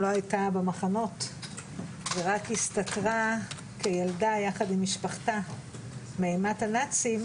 לא הייתה במחנות ורק הסתתרה כילדה יחד עם משפחתה מאימת הנאצים,